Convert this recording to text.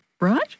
right